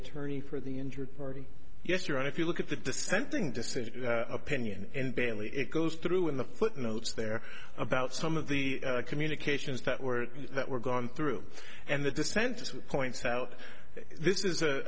attorney for the injured party yes you're right if you look at the dissenting dissent opinion and barely it goes through in the footnotes there about some of the communications that were that were gone through and the dissent points out this is